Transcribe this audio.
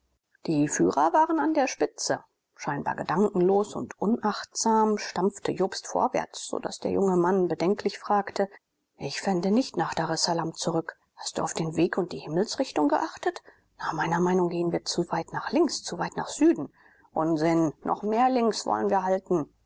die führer waren an der spitze scheinbar gedankenlos und unachtsam stapfte jobst vorwärts sodaß der junge mann bedenklich fragte ich fände nicht nach daressalam zurück hast du auf den weg und die himmelsrichtung geachtet nach meiner meinung gehen wir zu weit nach links zuweit nach süden unsinn noch mehr links wollen wir halten